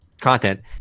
content